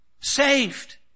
saved